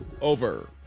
Over